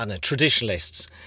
traditionalists